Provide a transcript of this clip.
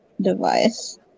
device